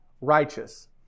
righteous